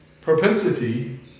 propensity